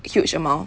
huge amount